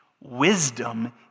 Wisdom